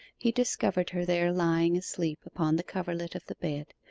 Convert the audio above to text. he discovered her there lying asleep upon the coverlet of the bed,